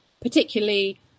particularly